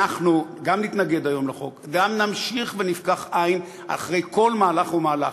אנחנו גם נתנגד היום לחוק וגם נמשיך ונפקח עין אחרי כל מהלך ומהלך,